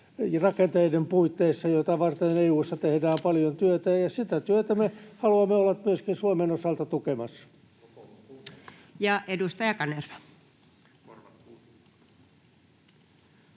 rakenteiden puitteissa, joita varten EU:ssa tehdään paljon työtä, ja sitä työtä me haluamme olla myöskin Suomen osalta tukemassa. [Mika Kari: